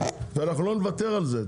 ואנחנו לא נוותר על זה.